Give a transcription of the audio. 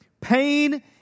Pain